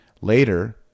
Later